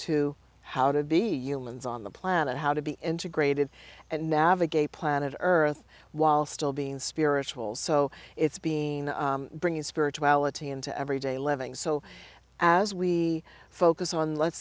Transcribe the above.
to how to be humans on the planet how to be integrated and navigate planet earth while still being spiritual so it's being bringing spirituality into everyday living so as we focus on let's